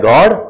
God